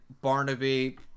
Barnaby